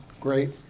great